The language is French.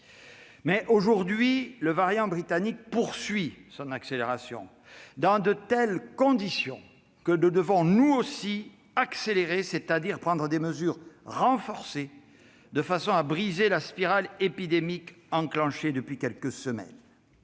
Mais, aujourd'hui, le variant britannique poursuit son accélération dans de telles conditions que nous devons nous aussi accélérer, c'est-à-dire prendre des mesures renforcées, de façon à briser la spirale épidémique enclenchée depuis quelques semaines.